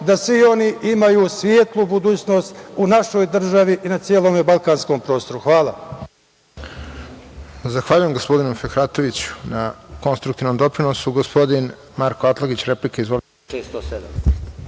da svi oni imaju svetlu budućnost u našoj državi i na celom balkanskom prostoru. Hvala.